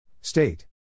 State